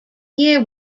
year